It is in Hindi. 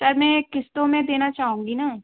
सर मैं किस्तो में देना चाहूँगी न